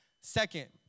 Second